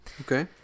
Okay